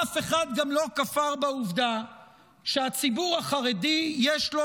אף אחד גם לא כפר בעובדה שהציבור החרדי יש לו